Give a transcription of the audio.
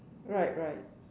right right